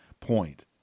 point